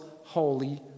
holy